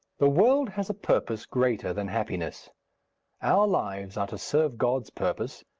the world has a purpose greater than happiness our lives are to serve god's purpose,